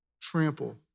trample